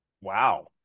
Wow